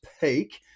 peak